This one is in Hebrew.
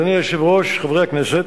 אדוני היושב-ראש, חברי הכנסת,